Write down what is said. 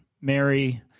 Mary